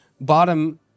bottom